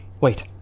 Wait